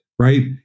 Right